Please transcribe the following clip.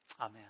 Amen